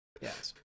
Yes